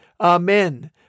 Amen